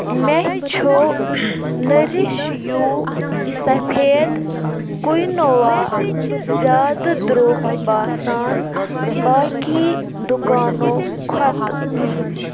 مےٚ چھُ نٔرِش یوٗ سفید کُینووا زیادٕ درٛوٚگ باسان باقی دُکانو کھۄتہٕ